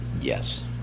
Yes